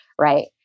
Right